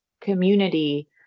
community